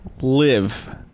live